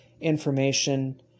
information